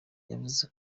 yavuze